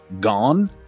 Gone